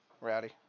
Rowdy